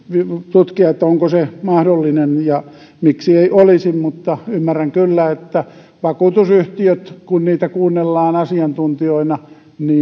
tutkia onko se mahdollinen ja miksi ei olisi mutta ymmärrän kyllä että vakuutusyhtiöt kun niitä kuunnellaan asiantuntijoina